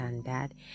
standard